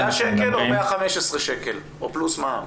100 שקל או 115 שקל, או פלוס מע"מ?